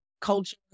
culture